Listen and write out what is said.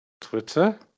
Twitter